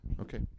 Okay